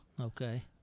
Okay